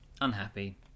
unhappy